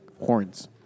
horns